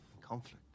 Conflict